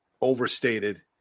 overstated